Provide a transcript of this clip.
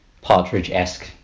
Partridge-esque